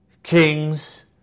Kings